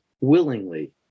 willingly